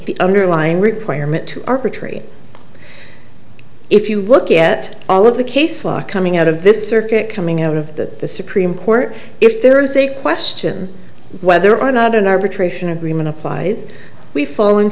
the underlying requirement to arbitrary if you look at all of the case law coming out of this circuit coming out of the supreme court if there is a question whether or not an arbitration agreement applies we foll